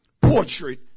portrait